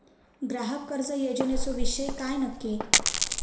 ग्राहक कर्ज योजनेचो विषय काय नक्की?